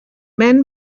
men